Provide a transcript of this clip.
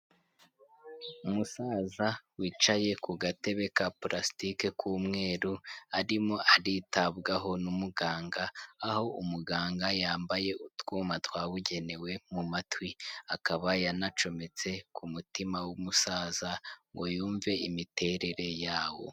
Umusaza wicaye ku gatebe ka pulastike k'umweru arimo aritabwaho n'umuganga, aho umuganga yambaye utwuma twabugenewe mu matwi akaba yanacometse ku mutima w'umusaza ngo yumve imiterere yawo.